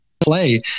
play